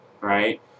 right